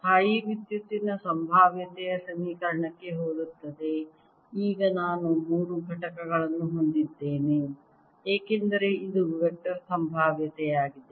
ಸ್ಥಾಯೀವಿದ್ಯುತ್ತಿನ ಸಂಭಾವ್ಯತೆಯ ಸಮೀಕರಣಕ್ಕೆ ಹೋಲುತ್ತದೆ ಈಗ ನಾನು ಮೂರು ಘಟಕಗಳನ್ನು ಹೊಂದಿದ್ದೇನೆ ಏಕೆಂದರೆ ಇದು ವೆಕ್ಟರ್ ಸಂಭಾವ್ಯತೆಯಾಗಿದೆ